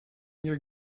your